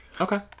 Okay